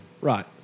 Right